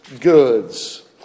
goods